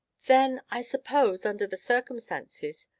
then i suppose, under the circumstances,